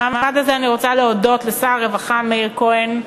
במעמד הזה אני רוצה להודות לשר הרווחה מאיר כהן,